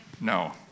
no